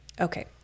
okay